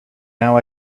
now